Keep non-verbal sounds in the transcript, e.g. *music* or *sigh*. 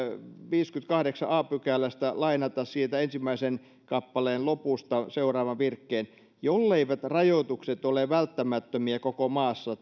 viidennestäkymmenennestäkahdeksannesta a pykälästä lainata ensimmäisen kappaleen lopusta seuraavan virkkeen jolleivät rajoitukset ole välttämättömiä koko maassa *unintelligible*